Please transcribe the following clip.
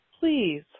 Please